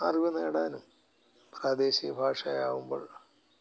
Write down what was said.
അറിവ് നേടാനും പ്രാദേശിക ഭാഷയാകുമ്പോൾ